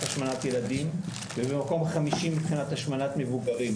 השמנת ילדים ובמקום חמישי מבחינת השמנת מבוגרים.